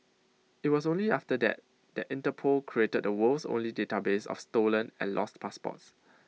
IT was only after that that Interpol created the world's only database of stolen and lost passports